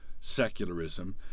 secularism